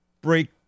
break